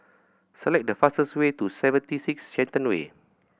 select the fastest way to Seventy Six Shenton Way